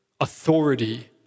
authority